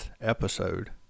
episode